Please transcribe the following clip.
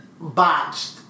botched